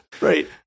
Right